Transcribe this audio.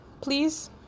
please